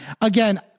Again